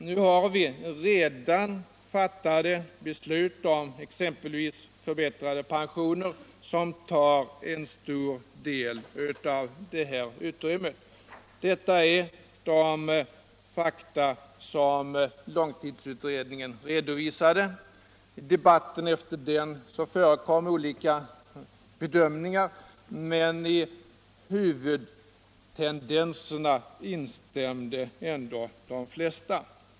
Nu har vi redan.fattade beslut om exempelvis förbättrade pensioner som tar en stor del av det här utrymmet. Det är de fakta som långtidsutredningen redovisade. I debatten därefter förekom olika bedömningar, men i fråga om huvudtenderiserna instämde ändå de flesta.